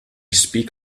speak